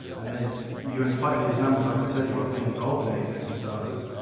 and then you inflate these numbers. i can tell you, i've been involved in these exercises.